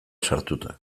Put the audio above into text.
sartuta